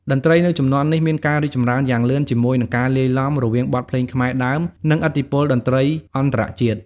តន្ត្រីនៅជំនាន់នេះមានការរីកចម្រើនយ៉ាងលឿនជាមួយនឹងការលាយឡំរវាងបទភ្លេងខ្មែរដើមនិងឥទ្ធិពលតន្ត្រីអន្តរជាតិ។